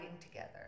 together